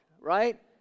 Right